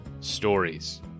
stories